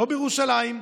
לא בירושלים,